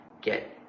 get